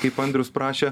kaip andrius prašė